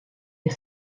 you